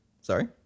Sorry